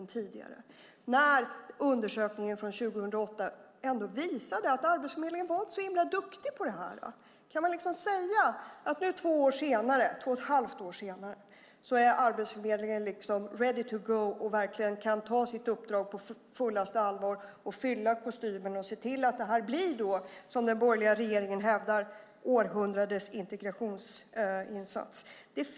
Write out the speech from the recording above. Kan man när undersökningen från 2008 visar att Arbetsförmedlingen inte var så himla duktig säga att Arbetsförmedlingen nu - två ett halvt år senare - liksom är ready to go och verkligen kan ta sitt uppdrag på fullaste allvar, fylla kostymen och se till att det här, som den borgerliga regeringen hävdar, blir århundradets integrationsinsats?